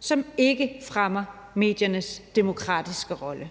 som ikke fremmer mediernes demokratiske rolle.